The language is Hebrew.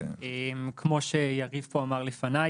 כמו שיריב פה אמר לפני,